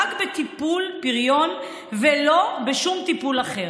רק בטיפול פריון ולא בשום טיפול אחר?